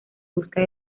busca